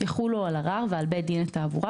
יחולו על ערר ועל בית דין לתעבורה,